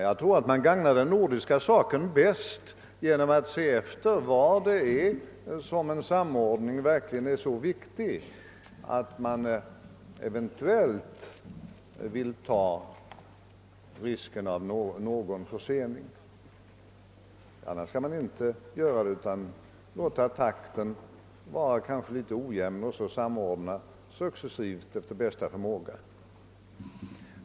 Enligt min mening gagnar man den nordiska saken bäst genom att se efter var en samordning verkligen är så viktig att man eventuellt vill ta risken av någon försening. I annat fall får man låta takten vara ojämn och samordna successivt efter bästa förmåga.